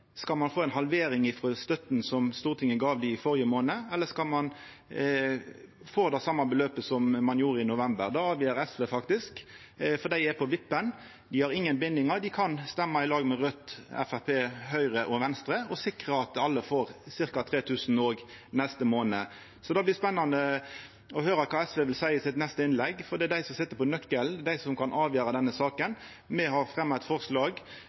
Skal ein få ei halvering av den støtta Stortinget gav ein i førre månad, eller skal ein få den same summen som i november? Det avgjer SV, for dei er på vippen. Dei har ingen bindingar; dei kan røysta i lag med Raudt, Framstegspartiet, Høgre og Venstre og sikra at alle får ca. 3 000 kr òg neste månad. Det blir spennande å høyra kva SV seier i sitt neste innlegg, for det er dei som sit på nøkkelen, det er dei som kan avgjera denne saka. Me har fremja eit forslag